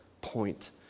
point